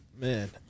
man